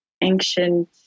ancient